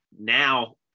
now